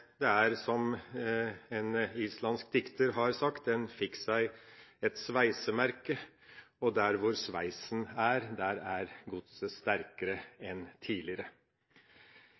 Som en islandsk dikter har sagt: Man fikk et sveisemerke, men der hvor sveisemerket er, er godset sterkere enn tidligere.